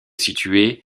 situé